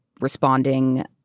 responding